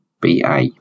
BA